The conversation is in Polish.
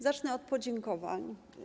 Zacznę od podziękowań.